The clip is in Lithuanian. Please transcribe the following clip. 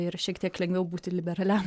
ir šiek tiek lengviau būti liberaliam